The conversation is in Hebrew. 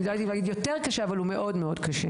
לא יודעת אם להגיד יותר קשה אבל הוא מאוד מאוד קשה.